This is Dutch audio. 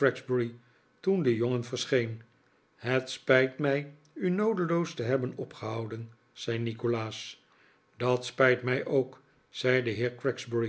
toen de jongen verscheen het spijt mij u noodeloos te hebben opgehouden zei nikolaas dat spijt mij ook zei de